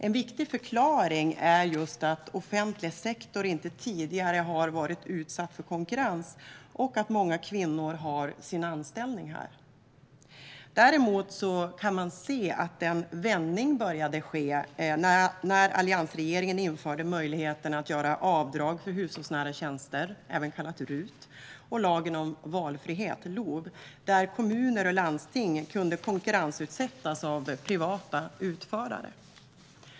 En viktig förklaring är just att offentlig sektor inte tidigare har varit utsatt för konkurrens och att många kvinnor har sin anställning här. Däremot kan man se att en vändning började ske när alliansregeringen införde möjligheten att göra avdrag för hushållsnära tjänster, även kallat RUT, och lagen om valfrihet, LOV, där kommuner och landsting kunde konkurrensutsättas av privata utförare.